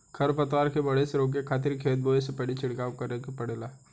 खर पतवार के बढ़े से रोके खातिर खेत बोए से पहिल ही छिड़काव करावे के पड़ेला